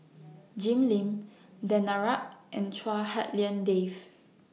Jim Lim Danaraj and Chua Hak Lien Dave